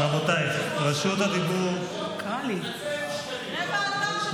זה ועדה של המשרד,